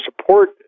support